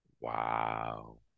wow